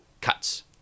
cuts